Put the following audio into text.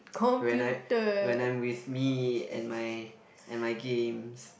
when I when I'm with me and my and my games